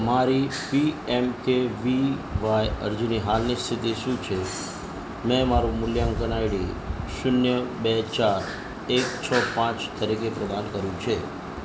મારી પીએમકેવીવાય અરજીની હાલની સ્થિતિ શું છે મેં મારું મૂલ્યાંકન આઈડી શૂન્ય બે ચાર એક છ પાંચ તરીકે પ્રદાન કર્યું છે